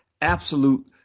absolute